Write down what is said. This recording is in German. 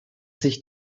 sich